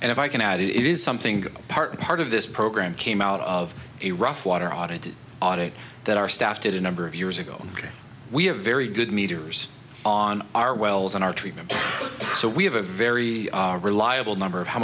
and if i can add is something part part of this program came out of a rough water audited audit that our staff did a number of years ago we have very good meters on our wells on our treatment so we have a very reliable number of how